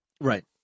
right